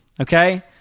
okay